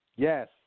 Yes